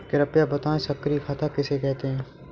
कृपया बताएँ सक्रिय खाता किसे कहते हैं?